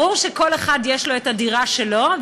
ברור שכל אחד יש לו את הדירה שלו,